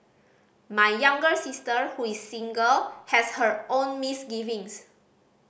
my younger sister who is single has her own misgivings